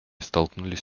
столкнулись